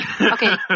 Okay